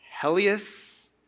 Helius